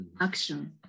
Action